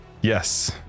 Yes